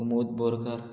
Umod Borkar